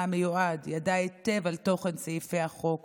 המיועד ידע היטב על תוכן סעיפי החוק